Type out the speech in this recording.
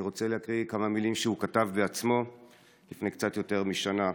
אני רוצה להקריא לזכרו כמה מילים שהוא כתב בעצמו לפני קצת יותר משנה.